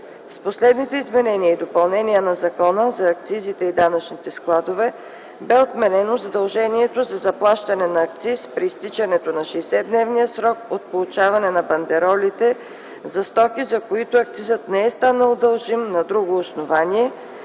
С последните изменения и допълнения на Закона за акцизите и данъчните складове бе отменено задължението за заплащане на акциз при изтичането на 60-дневния срок от получаване на бандеролите за стоки, за които акцизът не е станал дължим на друго основание